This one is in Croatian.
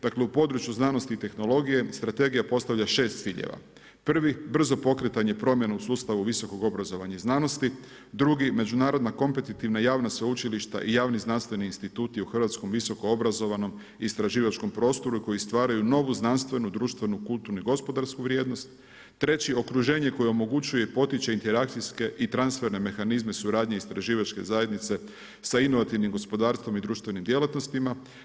Dakle u području znanosti i tehnologije strategija postavlja 6 ciljeva: 1. brzo pokretanje promjena u sustavu visokog obrazovanja i znanosti, 2. međunarodna kompetitivna i javna sveučilišta i javni znanstveni instituti u hrvatskom visokoobrazovanom istraživačkom prostoru koji stvaraju novu znanstvenu, društvenu, kulturnu i gospodarsku vrijednost, 3. okruženje koje omogućuje i potiče interakcijske i transferne mehanizme suradnje istraživačke zajednice sa inovativnim gospodarstvom i društvenim djelatnostima.